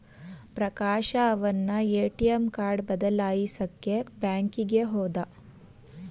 ಪ್ರಕಾಶ ಅವನ್ನ ATM card ಬದಲಾಯಿಸಕ್ಕೇ ಬ್ಯಾಂಕಿಗೆ ಹೋದ